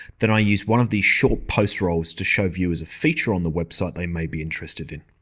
then i use one of these short post rolls to show viewers a feature on the website they might be interested in.